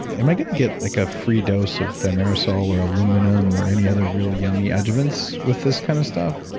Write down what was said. am i going to get like a free dose of thimerosal or aluminum or any other real yummy adjuvants with this kind of stuff?